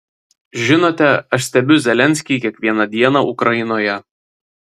žinote aš stebiu zelenskį kiekvieną dieną ukrainoje